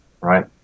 right